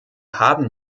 haben